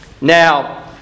Now